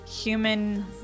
Human